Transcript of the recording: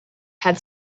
had